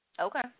Okay